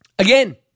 Again